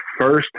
first